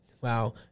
Wow